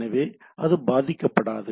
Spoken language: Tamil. எனவே அது பாதிக்கப்படாது